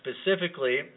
specifically